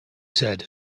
said